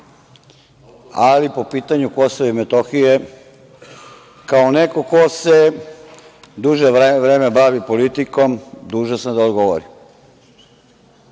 ali po pitanju Kosova i Metohije kao neko ko se duže vreme bavi politikom, dužan sam da odgovorim. Godine